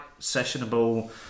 sessionable